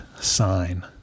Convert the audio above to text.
sign